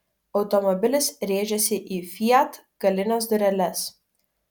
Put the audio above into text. automobilis rėžėsi į fiat galines dureles